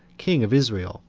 king of israel,